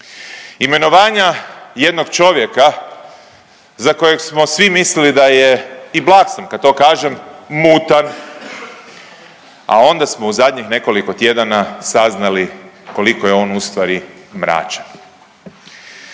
Imenovanja jednog čovjeka za kojeg smo svi mislili da je i blag sam kad to kažem mutan, a onda smo u zadnjih nekoliko tjedana saznali koliko je on u stvari mračan.